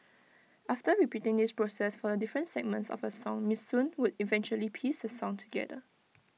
after repeating this process for the different segments of A song miss soon would eventually piece the song together